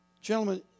gentlemen